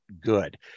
good